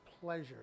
pleasure